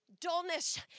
Dullness